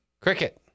cricket